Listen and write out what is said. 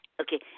Okay